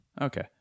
Okay